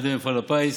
על ידי מפעל הפיס,